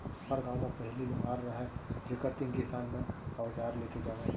हर गॉंव म पहिली लोहार रहयँ जेकर तीन किसान मन अवजार लेके जावयँ